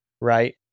right